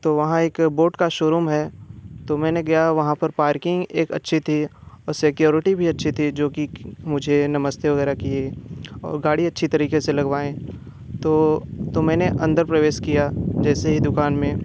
तो वहाँ एक बोट का शोरूम है तो मैंने गया वहाँ पर पार्किंग एक अच्छी थी सेक्योरिटी भी अच्छी थी जो कि मुझे नमस्ते वग़ैरह किए और गाड़ी अच्छी तरीक़े से लगवाए तो तो मैंने अंदर प्रवेश किया जैसे ही दुकान में